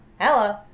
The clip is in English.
Hello